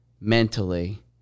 mentally